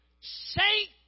saint